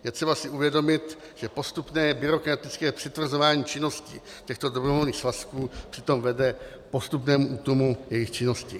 Je třeba si uvědomit, že postupné byrokratické přitvrzování činnosti těchto dobrovolných svazků přitom vede k postupnému útlumu jejich činnosti.